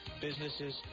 businesses